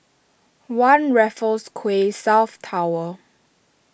one Raffles Quay South Tower